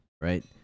right